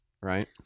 Right